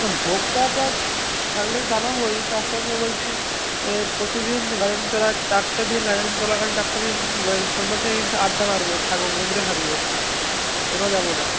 না ভোগ থাকলে তো জানাবই তার সঙ্গে বলছি এ প্রতিদিন গাজন চলার চারটে দিন গাজন চলাকালীন চারটে দিন সন্ন্যাসীদের আড্ডা মারব থাকব মন্দিরে থাকব কোথাও যাব না